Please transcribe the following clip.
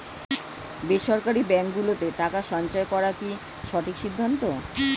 বেসরকারী ব্যাঙ্ক গুলোতে টাকা সঞ্চয় করা কি সঠিক সিদ্ধান্ত?